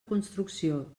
construcció